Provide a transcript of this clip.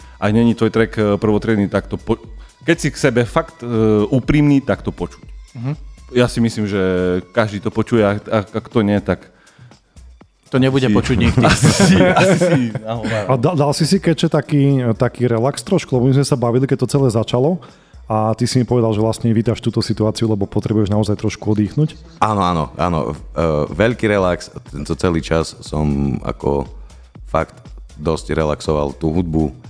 a není tvoj track, e, prvotriedny, tak to po- keď si k sebe fakt, e, úprimný, tak to počuť. Mhm. Ja si myslím, že každý to počuje, a- a- ak to nie, tak- To nebude Asi- počuť nikto. asi- asi, áno, áno. A da- dal si si keďže taký- taký relax trošku, lebo my sme sa bavili, keď to celé začalo, a ty si mi povedal, že vlastne vítaš túto situáciu, lebo potrebuješ naozaj trošku oddychnúť? Áno, áno, áno. V- e, veľký relax. Tento celý čas som ako fakt dosť relaxoval tú hudbu.